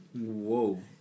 Whoa